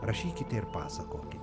rašykite ir pasakokite